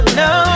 no